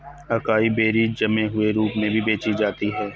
acai berries जमे हुए रूप में भी बेची जाती हैं